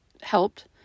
helped